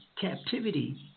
captivity